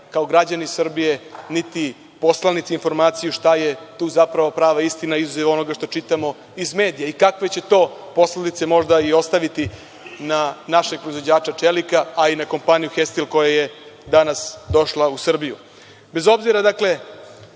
kao građani Srbije, niti poslanici informaciju šta je tu zapravo prava istina izuzev onoga što čitamo iz medija i kakve će to posledice možda i ostaviti na našeg proizvođača čelika, a i na kompaniju „Hestil“ koja je danas došla u Srbiju. Bez obzira koliko